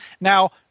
Now—